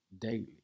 daily